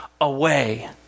away